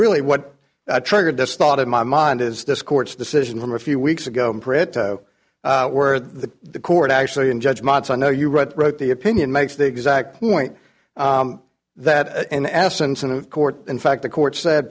really what triggered this thought in my mind is this court's decision from a few weeks ago where the court actually in judgments i know you read wrote the opinion makes the exact point that in essence in a court in fact the court said